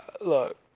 look